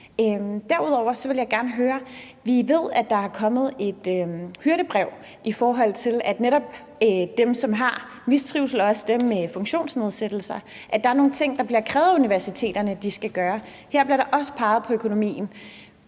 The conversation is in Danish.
Derudover vil jeg gerne høre: Vi ved, at der er kommet et hyrdebrev om dem, som mistrives, og om dem, som har funktionsnedsættelser, hvori det bliver krævet, at universiteterne skal gøre nogle ting. Her bliver der også peget på økonomien.